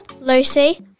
Lucy